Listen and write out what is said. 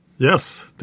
Yes